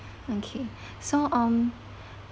okay so um